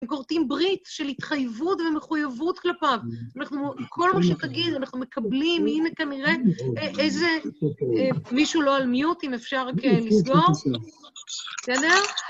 וכורתים ברית של התחייבות ומחויבות כלפיו. אנחנו, כל מה שתגיד, אנחנו מקבלים, הנה כנראה, איזה... מישהו לא על מיוט, אם אפשר רק לסגור? בסדר?